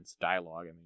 dialogue